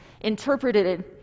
interpreted